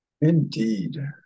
Indeed